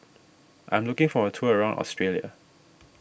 I am looking for a tour around Australia